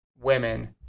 women